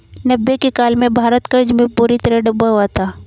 नब्बे के काल में भारत कर्ज में बुरी तरह डूबा हुआ था